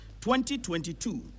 2022